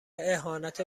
اهانت